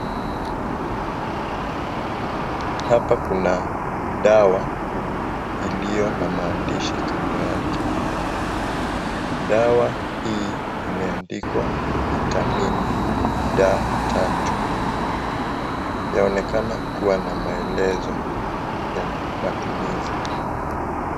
Hapa kuna dawa, iliyo na maandishi kando yake. Dawa hii imeandikwa vitamini D3. Yaonekana kuwa na maelezo ya matumizi.